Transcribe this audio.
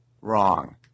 wrong